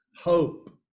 hope